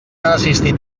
assistir